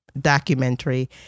documentary